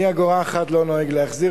אני אגורה אחת לא נוהג להחזיר,